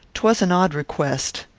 twas an odd request.